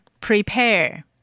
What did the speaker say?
prepare